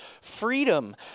freedom